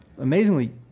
Amazingly